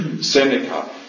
Seneca